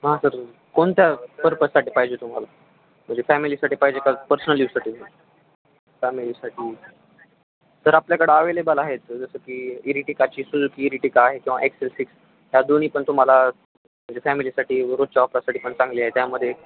हां सर कोणत्या पर्पजसाठी पाहिजे तुम्हाला म्हणजे फॅमिलीसाठी पाहिजे का पर्सनल यूजसाठी फॅमिलीसाठी सर आपल्याकडं अवेलेबल आहेत जसं की इरिटिकाची सुजुकी इरिटिका आहे किंवा एक्सेल सिक्स ह्या दोन्ही पण तुम्हाला म्हणजे फॅमिलीसाठी रोजच्या वापरासाठी पण चांगली आहे त्यामध्ये